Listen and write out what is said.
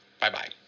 Bye-bye